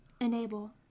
enable